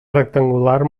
rectangular